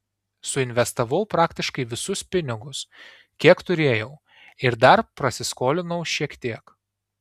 suinvestavau praktiškai visus pinigus kiek turėjau ir dar prasiskolinau šiek tiek